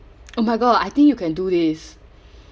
oh my god I think you can do this